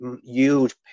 huge